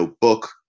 book